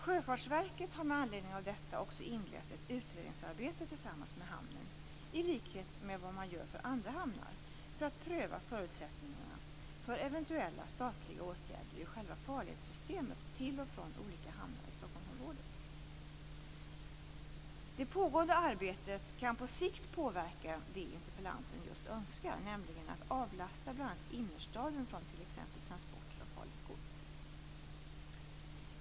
Sjöfartsverket har med anledning av detta också inlett ett utredningsarbete tillsammans med hamnen - i likhet med vad man gör för andra hamnar - för att pröva förutsättningarna för eventuella statliga åtgärder i själva farledssystemet till och från olika hamnar i Det pågående arbetet kan på sikt påverka det interpellanten just önskar, nämligen att avlasta bl.a.